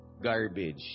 Garbage